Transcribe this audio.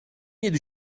yedi